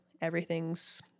Everything's